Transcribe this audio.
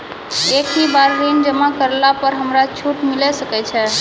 एक ही बार ऋण जमा करला पर हमरा छूट मिले सकय छै?